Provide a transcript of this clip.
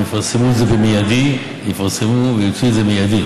הם יפרסמו ויוציאו את זה מיידית.